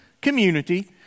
community